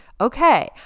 Okay